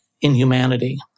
inhumanity